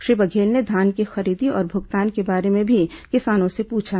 श्री बघेल ने धान की खरीदी और भुगतान के बारे में भी किसानों से पूछा